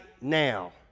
now